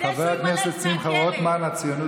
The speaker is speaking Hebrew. אלה הרפורמות,